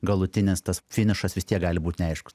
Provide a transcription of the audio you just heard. galutinis tas finišas vis tiek gali būt neaiškus